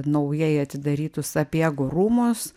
naujai atidarytus sapiegų rūmus